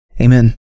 Amen